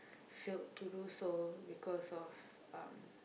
failed to do so because of uh